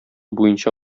буенча